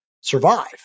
survive